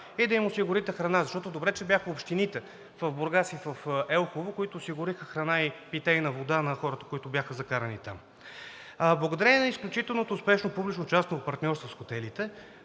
и да им осигурите храна, защото добре, че бяха общините в Бургас и в Елхово, които осигуриха храна и питейна вода на хората, които бяха закарани там. Благодарение на изключително успешното публично-частно партньорство с хотелите,